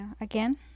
again